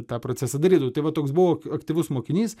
tą procesą darydavau tai va toks buvau aktyvus mokinys